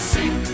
Sing